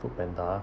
foodpanda